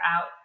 out